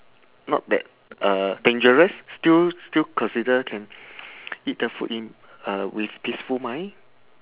not that uh dangerous still still considered can eat the food in a with peaceful mind